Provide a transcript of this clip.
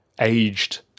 aged